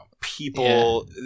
people